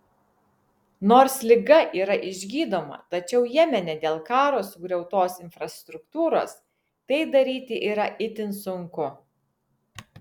nors liga yra išgydoma tačiau jemene dėl karo sugriautos infrastruktūros tai daryti yra itin sunku